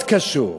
מאוד קשור.